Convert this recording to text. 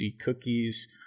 cookies